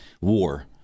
war